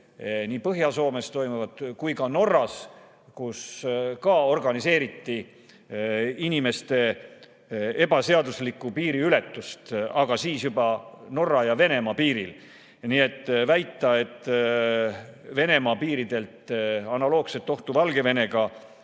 nii Põhja-Soomes toimunut kui ka Norras, kus ka organiseeriti inimeste ebaseaduslikku piiriületust – see oli juba Norra ja Venemaa piiril –, siis väita, et Venemaa piiridelt analoogset ohtu Valgevenega